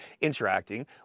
interacting